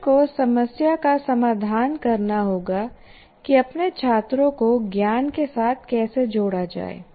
शिक्षक को समस्या का समाधान करना होगा की अपने छात्रों को ज्ञान के साथ कैसे जोड़ा जाए